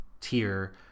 tier